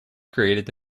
created